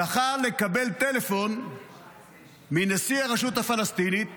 זכה לקבל טלפון מנשיא הרשות הפלסטינית